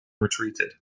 retreated